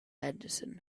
henderson